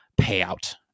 payout